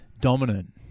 dominant